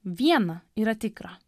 viena yra tikra